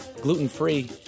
gluten-free